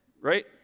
Right